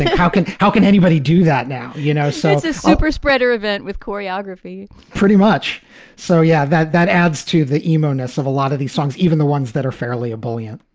how can how can anybody do that now? you know, so it's a super spreader event with choreography pretty much so. yeah. that that adds to the emergence of a lot of these songs, even the ones that are fairly ebullient